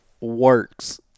works